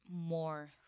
more